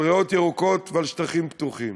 על ריאות ירוקות ועל שטחים פתוחים.